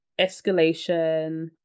escalation